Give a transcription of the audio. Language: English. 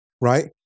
Right